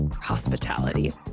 Hospitality